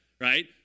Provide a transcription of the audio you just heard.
right